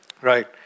Right